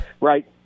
Right